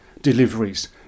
deliveries